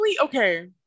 okay